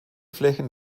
flächen